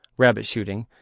rabbit shooting,